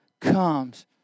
comes